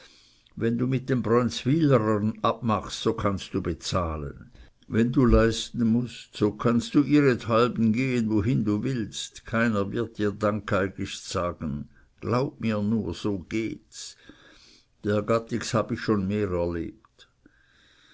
wenn du mit den brönzwylerern abmachst so kannst du bezahlen wenn du leisten mußt so kannst du ihrethalben gehen wohin du willst keiner wird dir dankeigist sagen glaub mir nur so gehts der gattigs hab ich schon mehr erlebt